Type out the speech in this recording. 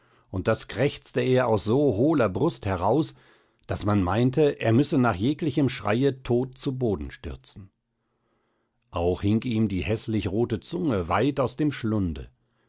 und das krächzte er aus so hohler brust heraus daß man meinte er müsse nach jeglichem schreie tot zu boden stürzen auch hing ihm die häßlich rote zunge weit aus dem schlunde